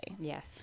Yes